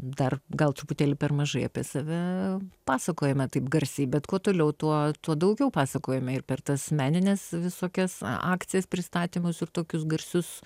dar gal truputėlį per mažai apie save pasakojame taip garsiai bet kuo toliau tuo tuo daugiau pasakojame ir per tas menines visokias akcijas pristatymus ir tokius garsius